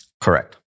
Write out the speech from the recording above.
Correct